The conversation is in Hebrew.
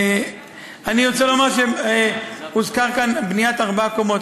אני רוצה לומר שהוזכרה כאן בניית ארבע הקומות.